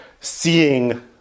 seeing